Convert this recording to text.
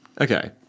Okay